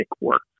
work